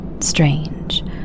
Strange